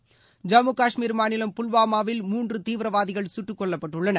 றி ஜம்மு காஷ்மீர் மாநிலம் புல்வாமாவில் மூன்று தீவிரவாதிகள் சுட்டுக்கொல்லப்பட்டுள்ளனர்